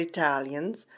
Italians